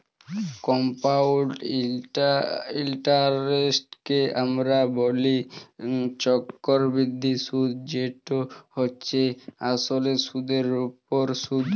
compound ইলটারেস্টকে আমরা ব্যলি চক্করবৃদ্ধি সুদ যেট হছে আসলে সুদের উপর সুদ